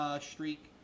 streak